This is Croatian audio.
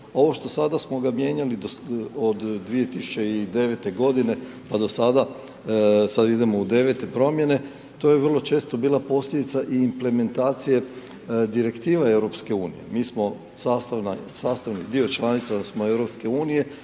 Ovo što sada smo ga mijenjali od 2009. g. pa do sada, sada idemo u 9 promjene, to je vrlo često bila i posljedica i implementacije direktiva EU. Mi smo sastavni dio, članice smo EU, i